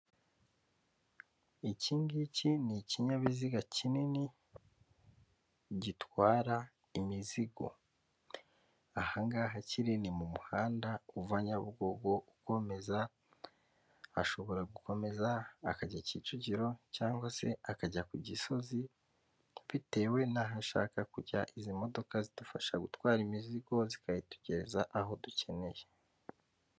Ikingiki ni ikinyabiziga kinini gitwara imizigo ahangaha kiri ni mu muhanda uva Nyabugobo ukomeza, ashobora gukomeza akajya Kicukiro, cyangwa se akajya ku Gisozi, bitewe n'aho ashaka kujya izi modoka zidufasha gutwara imizigo, zikayitugezareza aho dukeneye.